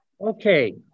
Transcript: okay